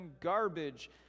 garbage